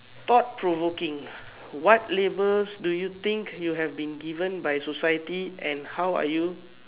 thought provoking what labels do you think you have been given by society and how are you